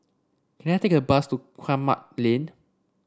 can I take a bus to Kramat Lane